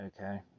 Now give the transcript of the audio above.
Okay